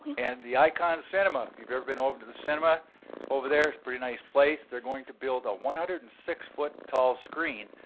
and the icon cinema, if you've ever been over to the cinema over there, it's pretty nice place. they're going to build a one hundred and six foot tall screen,